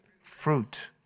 fruit